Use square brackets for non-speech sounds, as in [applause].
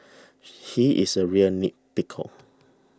[noise] he is a real nitpicker